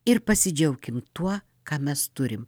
ir pasidžiaukim tuo ką mes turim